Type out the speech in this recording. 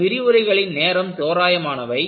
இந்த விரிவுரைகளின் நேரம் தோராயமானவை